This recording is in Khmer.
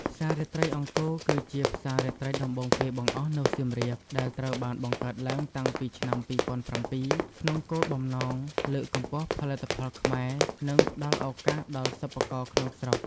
ផ្សាររាត្រីអង្គរគឺជាផ្សាររាត្រីដំបូងគេបង្អស់នៅសៀមរាប ដែលត្រូវបានបង្កើតឡើងតាំងពីឆ្នាំ ២០០៧ ក្នុងគោលបំណងលើកកម្ពស់ផលិតផលខ្មែរ និងផ្ដល់ឱកាសដល់សិប្បករក្នុងស្រុក។